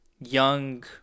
young